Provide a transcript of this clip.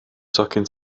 tocyn